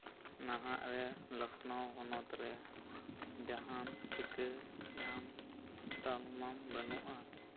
ᱱᱟᱦᱟᱜ ᱨᱮ ᱞᱚᱠᱷᱱᱳ ᱦᱚᱱᱚᱛ ᱨᱮ ᱡᱟᱦᱟᱸ ᱴᱷᱤᱠᱟᱹ ᱧᱟᱢ ᱛᱟᱞᱢᱟ ᱵᱟᱹᱱᱩᱜᱼᱟ